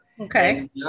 Okay